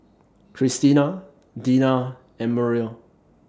Cristina Deena and Muriel